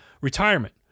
retirement